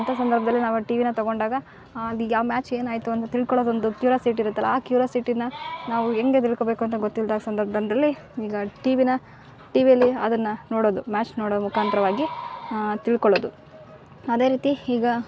ಅಂಥ ಸಂದರ್ಭದಲ್ಲಿ ನಾವು ಟಿ ವಿನ ತಗೊಂಡಾಗ ಯಾವ ಮ್ಯಾಚ್ ಏನಾಯ್ತು ಅಂತ ತಿಳ್ಕೊಳೋದೊಂದು ಕ್ಯೂರ್ಯಾಸಿಟಿ ಇರುತ್ತಲ್ಲ ಆ ಕ್ಯೂರ್ಯಾಸಿಟಿನ ನಾವು ಹೆಂಗೆ ತಿಳ್ಕೊಬೇಕು ಅಂತ ಗೊತ್ತಿಲ್ದ ಸಂದರ್ಭದದಲ್ಲಿ ಈಗ ಟಿ ವಿನ ಟೀ ವಿಯಲ್ಲಿ ಅದನ್ನು ನೋಡೋದು ಮ್ಯಾಚ್ ನೋಡೋ ಮುಖಾಂತರವಾಗಿ ತಿಳ್ಕೊಳೋದು ಅದೇ ರೀತಿ ಈಗ